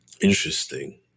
interesting